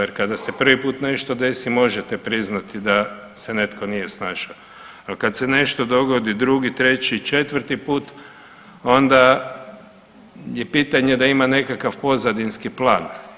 Jer kada se prvi put nešto desi možete priznati da se netko nije snašao, ali kad se nešto dogodi 2, 3 i 4 put onda je pitanje da ima nekakav pozadinski plan.